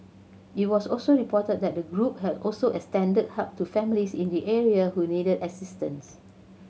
it was also reported that the group has also extended help to families in the area who needed assistance